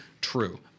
true